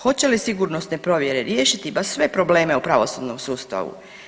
Hoće li sigurnosne provjere riješiti baš sve probleme u pravosudnom sustavu?